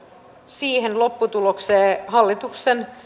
siihen lopputulokseen hallituksen